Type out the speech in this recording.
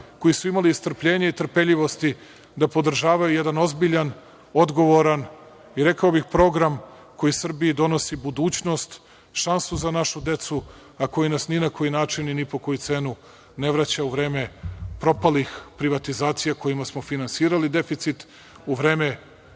koji su imali strpljenje i trpeljivosti da podržavaju jedan ozbiljan, odgovoran i rekao bih program koji Srbiji donosi budućnost, šansu za našu decu, a koji nas ni na koji način i ni po koju cenu ne vraća u vreme propalih privatizacija kojima smo finansirali deficit, u vreme